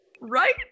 Right